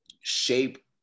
shape